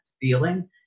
feeling